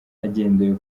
hagendewe